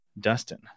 Dustin